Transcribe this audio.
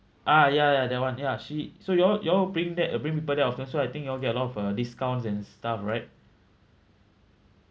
ah ya ya that [one] ya she so you all you all bring that bring people there often so I think you all get a lot of uh discounts and stuff right